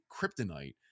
kryptonite